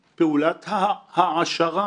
חייבת להיות הבחנה בין זה שזה עניין מסחרי,